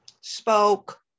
Spoke